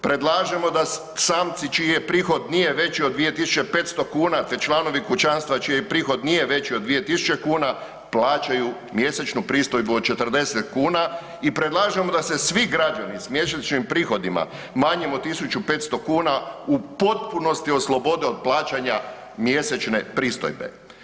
Predlažemo da samci čiji prohod nije već od 2500 kn te članovi kućanstva čiji prihod nije veći od 2000 kn, plaćaju mjesečnu pristojbu od 40 kn i predlažemo da se svi građani s mjesečnim prihodima manjim od 1500 kn u potpunosti oslobode od plaćanje mjesečne pristojbe.